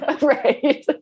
right